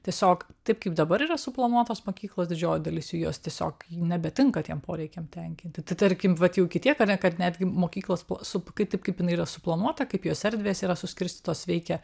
tiesiog taip kaip dabar yra suplanuotos mokyklos didžioji dalis jos tiesiog nebetinka tiem poreikiams tenkinti tarkim vat jau iki tiek kad netgi mokyklos sup kaip taip kaip jinai yra suplanuota kaip jos erdvės yra suskirstytos veikia